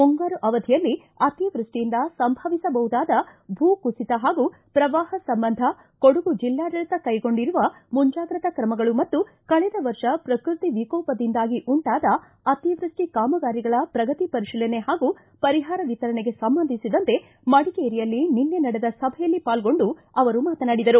ಮುಂಗಾರು ಅವಧಿಯಲ್ಲಿ ಅತಿವೃಷ್ಟಿಯಿಂದ ಸಂಭವಿಸಬಹುದಾದ ಭೂ ಕುಸಿತ ಹಾಗೂ ಪ್ರವಾಹ ಸಂಬಂಧ ಕೊಡಗು ಜಿಲ್ಲಾಡಳಿತ ಕೈಗೊಂಡಿರುವ ಮುಂಜಾಗ್ರತಾ ಕ್ರಮಗಳು ಮತ್ತು ಕಳೆದ ವರ್ಷ ಪ್ರಕೃತಿ ವಿಕೋಪದಿಂದಾಗಿ ಉಂಟಾದ ಅತಿವೃಸ್ಟಿ ಕಾಮಗಾರಿಗಳ ಪ್ರಗತಿ ಪರಿಶೀಲನೆ ಹಾಗೂ ಪರಿಹಾರ ವಿತರಣೆಗೆ ಸಂಬಂಧಿಸಿದಂತೆ ಮಡಿಕೇರಿಯಲ್ಲಿ ನಿನ್ನೆ ನಡೆದ ಸಭೆಯಲ್ಲಿ ಪಾಲ್ಗೊಂಡು ಅವರು ಮಾತನಾಡಿದರು